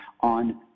on